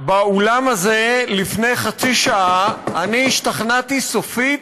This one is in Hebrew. באולם הזה, לפני חצי שעה, השתכנעתי סופית